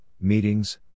meetings